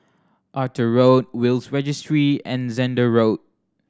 Arthur Road Will's Registry and Zehnder Road